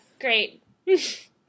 great